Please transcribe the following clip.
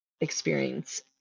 experience